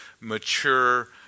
mature